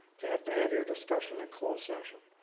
to have to have your discussion in closed session?